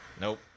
Nope